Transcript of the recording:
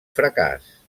fracàs